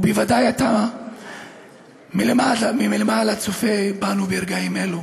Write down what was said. ובוודאי אתה מלמעלה צופה בנו ברגעים אלו.